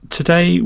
Today